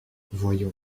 voyons